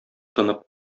тынып